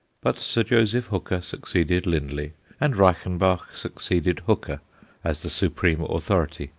but sir joseph hooker succeeded lindley and reichenbach succeeded hooker as the supreme authority,